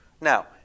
Now